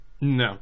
no